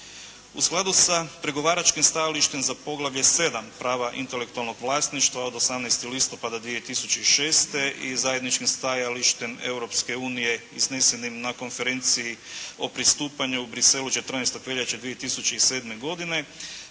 U skladu sa pregovaračkim stajalištem za poglavlje VII. – Prava intelektualnog vlasništva od 18. listopada 2006. i zajedničkim stajalištem Europske unije iznesenim na Konferenciji o pristupanju u Bruxellesu 14. veljače 2007. godine